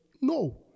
No